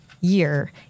year